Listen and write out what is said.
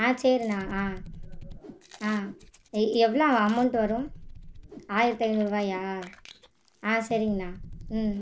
ஆ சரிண்ணா ஆ ஆ எ எவ்வளோ அமௌண்ட் வரும் ஆயிரத்தி ஐநூறுபாய்யா ஆ சரிங்கண்ணா ம்